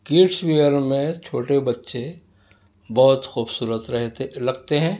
kids kids wear میں چھوٹے بچے بہت خوبصورت رہتے لگتے ہیں